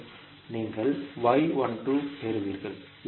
நீங்கள் y 12 பெறுவீர்கள்